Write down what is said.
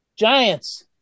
Giants